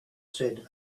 said